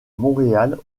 montréal